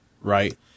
Right